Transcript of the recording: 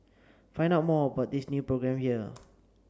find out more about this new programme here